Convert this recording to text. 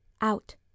out